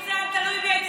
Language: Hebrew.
אם זה היה תלוי בי,